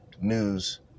news